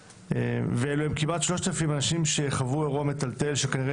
ואלו הם כמעט 3000 אנשים שחוו אירוע מטלטל שכנראה